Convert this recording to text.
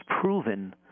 proven